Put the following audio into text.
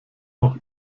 auch